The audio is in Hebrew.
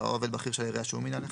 או עובד בכיר של העירייה שהוא מינה לכך,